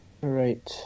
Right